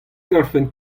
garfen